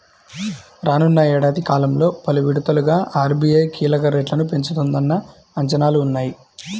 రానున్న ఏడాది కాలంలో పలు విడతలుగా ఆర్.బీ.ఐ కీలక రేట్లను పెంచుతుందన్న అంచనాలు ఉన్నాయి